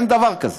אין דבר כזה.